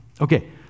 Okay